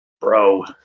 bro